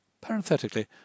Parenthetically